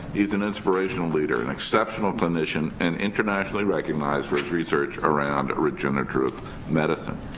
he's an inspirational leader, an exceptional clinician and internationally recognized for his research around regenerative medicine.